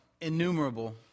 innumerable